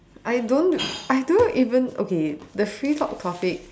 I don't I don't even okay the free talk topic